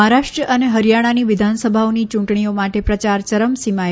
મહારાષ્ટ્ર અને હરિયાણા વિધાનસભાઓની ચૂંટણીઓ માટે પ્રચાર ચરમસીમાએ